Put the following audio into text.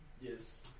Yes